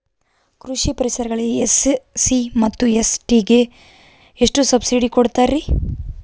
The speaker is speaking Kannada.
ಕೃಷಿ ಪರಿಕರಗಳಿಗೆ ಎಸ್.ಸಿ ಮತ್ತು ಎಸ್.ಟಿ ಗೆ ಎಷ್ಟು ಸಬ್ಸಿಡಿ ಕೊಡುತ್ತಾರ್ರಿ?